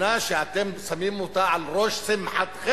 למדינה שאתם שמים אותה על ראש שמחתכם?